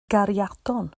gariadon